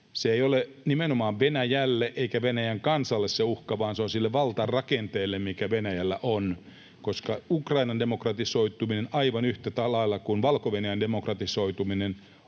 Se ei ole uhka nimenomaan Venäjälle eikä Venäjän kansalle vaan sille valtarakenteelle, mikä Venäjällä on, koska Ukrainan demokratisoituminen, aivan yhtä lailla kuin Valko-Venäjän demokratisoituminen,